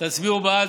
תצביעו בעד,